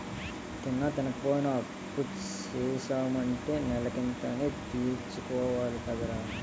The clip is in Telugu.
తిన్నా, తినపోయినా అప్పుసేసాము అంటే నెలకింత అనీ తీర్చుకోవాలి కదరా